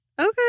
okay